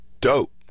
dope